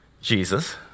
Jesus